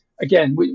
again